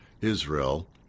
Israel